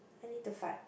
I need to fart